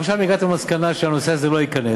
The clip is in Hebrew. גם שם הגעתם למסקנה שהנושא הזה לא ייכנס,